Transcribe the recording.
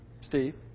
Steve